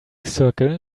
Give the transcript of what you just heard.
circle